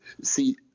see